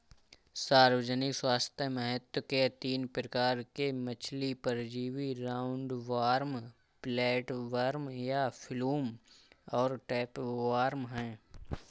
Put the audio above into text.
सार्वजनिक स्वास्थ्य महत्व के तीन प्रकार के मछली परजीवी राउंडवॉर्म, फ्लैटवर्म या फ्लूक और टैपवार्म है